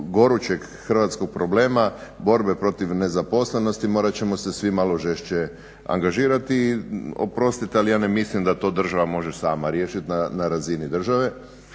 gorućeg hrvatskog problema borbe protiv nezaposlenosti morati ćemo se svi malo žešće angažirati. I oprostite ali ja ne mislim da to država može sama riješiti na razini države.